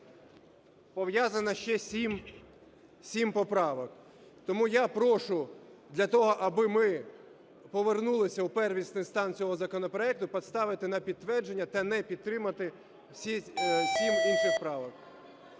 пов'язано ще 7 поправок. Тому я прошу для того, аби ми повернулися у первісний стан цього законопроекту, поставити на підтвердження та не підтримати 7 інших правок.